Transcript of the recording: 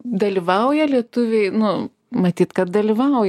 dalyvauja lietuviai nu matyt kad dalyvauja